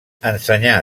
ensenyà